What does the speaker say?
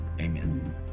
Amen